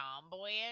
tomboyish